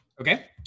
Okay